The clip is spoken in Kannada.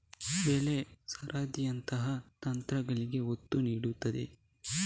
ಬೆಳೆ ಸರದಿಯಂತಹ ತಂತ್ರಗಳಿಗೆ ಒತ್ತು ನೀಡುತ್ತದೆ